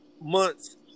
months